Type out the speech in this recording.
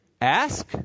ask